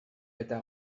eta